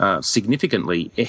Significantly